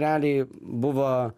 realiai buvo